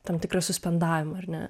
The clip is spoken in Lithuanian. tam tikrą suspendavimą ar ne